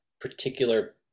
particular